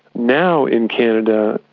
now in canada,